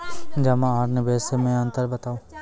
जमा आर निवेश मे अन्तर बताऊ?